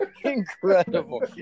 Incredible